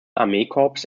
armeekorps